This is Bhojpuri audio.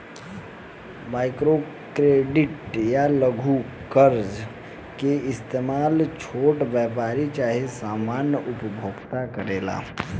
माइक्रो क्रेडिट या लघु कर्जा के इस्तमाल छोट व्यापारी चाहे सामान्य उपभोक्ता करेले